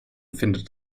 findet